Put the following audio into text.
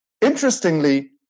interestingly